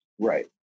Right